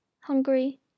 hungry